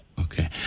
Okay